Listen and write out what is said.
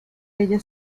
ella